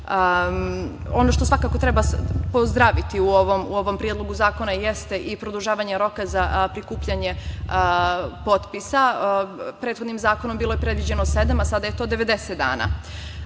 što svakako treba pozdraviti u ovom predlogu zakona jeste i produžavanje roka za prikupljanje potpisa. Prethodnim zakonom bilo je predviđeno sedam, a sada je to 90 dana. Mene